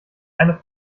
eine